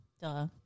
Duh